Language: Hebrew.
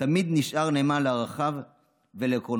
תמיד נשאר נאמן לערכיו ולעקרונותיו.